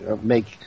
make